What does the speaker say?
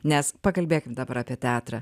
nes pakalbėkim dabar apie teatrą